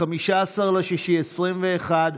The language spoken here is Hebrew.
15 ביוני 2021,